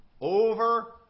over